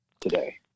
today